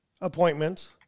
appointments